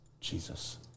Jesus